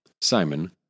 Simon